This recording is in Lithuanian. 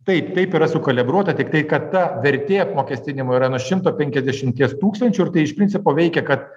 taip taip yra sukalibruota tiktai kad ta vertė apmokestinimo yra nuo šimto penkiasdešimties tūkstančių iš principo veikia kad